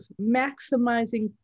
maximizing